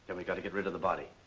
then we got to get rid of the body.